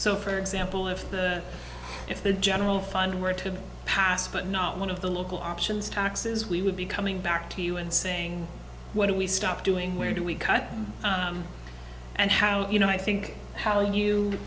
so for example if the if the general fund were to pass but not one of the local options taxes we would be coming back to you and saying what do we stop doing where do we cut and how do you know i think how